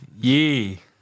Yee